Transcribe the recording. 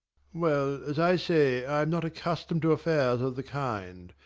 well, as i say, i am not accustomed to affairs of the kind.